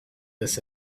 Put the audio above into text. this